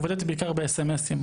עובדת בעיקר באס.אם.אסים,